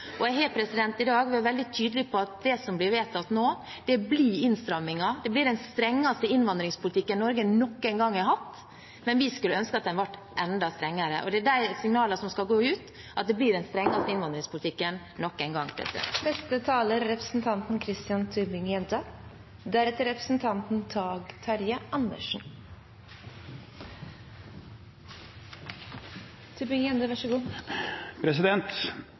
Jeg har i dag vært veldig tydelige på at det som blir vedtatt nå, blir innstramninger. Det blir den strengeste innvandringspolitikken Norge noen gang har hatt, men vi skulle ønske at den var enda strengere. Og det er de signalene som skal gå ut, at det blir den strengeste innvandringspolitikken noen gang.